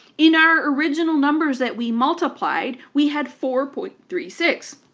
in our original numbers that we multiplied, we had four point three six,